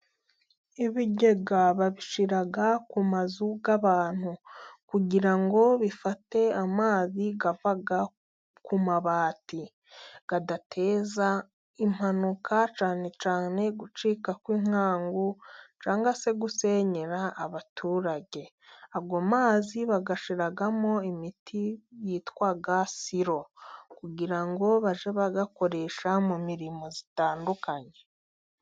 Ibigega babishyira ku mazu y'abantu, kugira ngo bifate amazi ava ku mabati, kugira ngo adateza impanuka cyane cyane gucika kw'inkangu, cyangwa se gusenyera abaturage, ayo mazi bayashiramo imiti yitwa siro, kugira ngo bajye bayakoresha mu mirimo itandukanye.